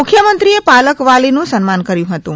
મુખ્યમંત્રી પાલક વાલીનું સન્માન કર્યું હતું